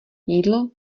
jídlo